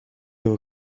его